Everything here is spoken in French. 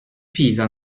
paysan